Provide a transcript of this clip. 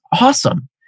awesome